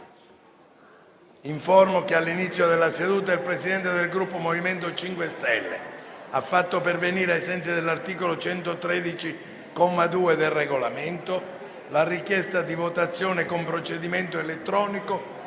che all'inizio della seduta il Presidente del Gruppo MoVimento 5 Stelle ha fatto pervenire, ai sensi dell'articolo 113, comma 2, del Regolamento, la richiesta di votazione con procedimento elettronico